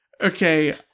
okay